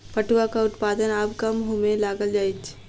पटुआक उत्पादन आब कम होमय लागल अछि